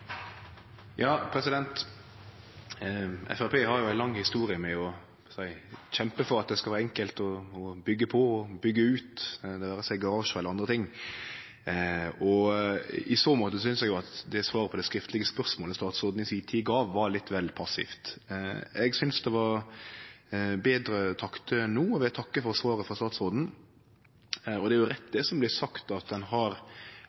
har ei lang historie med å kjempe for at det skal vere enkelt å byggje på og byggje ut, det vere seg garasje eller anna, og i så måte synest eg at svaret på det skriftlege spørsmålet statsråden i si tid gav, var litt vel passivt. Eg synest det var betre takter no og vil takke for svaret frå statsråden. Det er rett det som blir sagt, at ein har